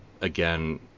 again